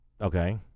Okay